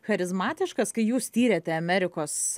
charizmatiškas kai jūs tyrėte amerikos